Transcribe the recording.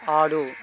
ఆడు